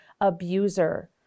abuser